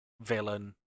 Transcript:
villain